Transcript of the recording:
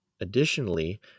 Additionally